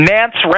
Nance